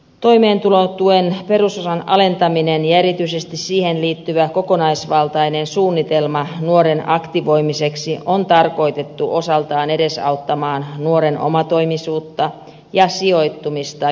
toimeentulotuen perusosan alentaminen ja erityisesti siihen liittyvä kokonaisvaltainen suunnitelma nuoren aktivoimiseksi on tarkoitettu osaltaan edesauttamaan nuoren omatoimisuutta ja sijoittumista yhteiskuntaan